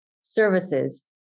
Services